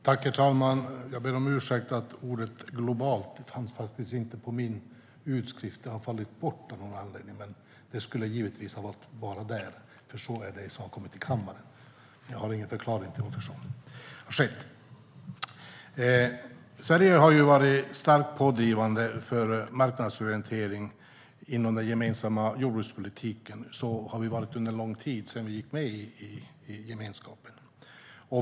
Herr talman! Jag ber om ursäkt för att ordet "globalt" inte fanns med på min utskrift. Det har fallit bort av någon anledning. Det skulle givetvis ha varit där, för så är det i det svar som har kommit till kammaren. Jag har ingen förklaring till detta. Ursäkta! Sverige har varit starkt pådrivande för marknadsorientering inom den gemensamma jordbrukspolitiken. Det har vi varit under lång tid, sedan vi gick med i gemenskapen.